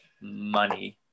money